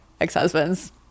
ex-husband's